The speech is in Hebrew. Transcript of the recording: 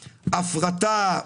הפרטה,